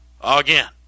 Again